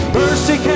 mercy